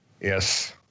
Yes